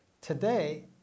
Today